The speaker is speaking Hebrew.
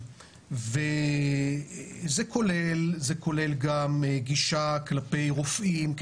וזה כולל גם גישה כלפי רופאים,